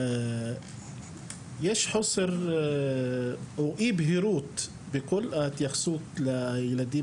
יש חוסר או אי בהירות בכל ההתייחסות לילדים